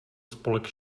spolek